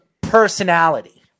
personality